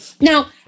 Now